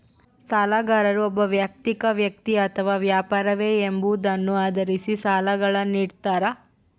ಸಾಲಗಾರರು ಒಬ್ಬ ವೈಯಕ್ತಿಕ ವ್ಯಕ್ತಿ ಅಥವಾ ವ್ಯಾಪಾರವೇ ಎಂಬುದನ್ನು ಆಧರಿಸಿ ಸಾಲಗಳನ್ನುನಿಡ್ತಾರ